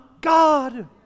god